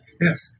Yes